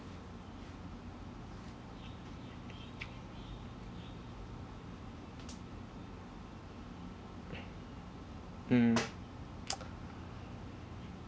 mm